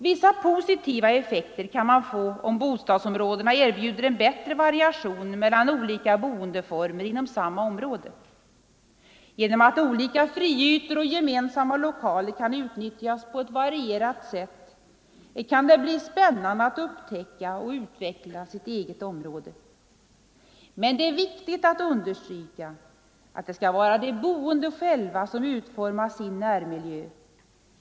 Vissa positiva effekter kan man få om bostadsområdena erbjuder en bättre variation mellan olika boendeformer inom samma område. Genom att olika friytor och gemensamma lokaler kan utnyttjas på ett varierat sätt kan det bli spännande att upptäcka och utveckla sitt eget område. Men det är viktigt att understryka att det skall vara de boende själva som utformar sin närmiljö.